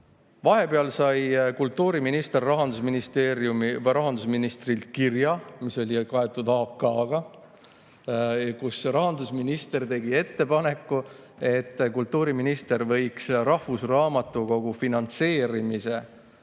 Vahepeal sai kultuuriminister rahandusministrilt kirja, mis oli kaetud AK-[templiga], kus rahandusminister tegi ettepaneku, et kultuuriminister võiks rahvusraamatukogu finantseerimise